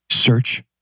search